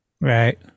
Right